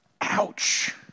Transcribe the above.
Ouch